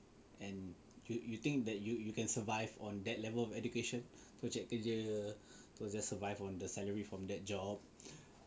and you you think that you you can survive on that level of education project kerja just to survive on the salary from that job